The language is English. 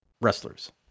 wrestlers